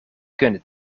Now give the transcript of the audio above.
kunnen